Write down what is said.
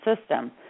system